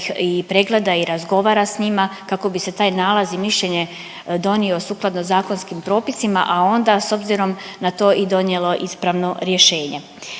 i pregleda i razgovara s njima kako bi se taj nalaz i mišljenje donio sukladno zakonskim propisima, a onda s obzirom na to i donijelo ispravno rješenje.